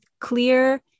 clear